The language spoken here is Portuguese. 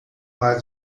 par